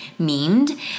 memed